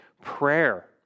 prayer